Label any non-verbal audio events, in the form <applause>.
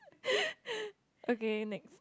<laughs> okay next